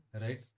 right